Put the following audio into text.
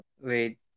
wait